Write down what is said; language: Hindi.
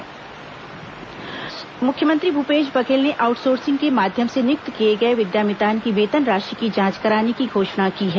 विस जांच निर्देश मुख्यमंत्री भूपेश बघेल ने आउटसोर्सिंग के माध्यम से नियुक्त किए गए विद्यामितान की वेतन राशि की जांच कराने की घोषणा की है